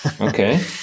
okay